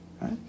Right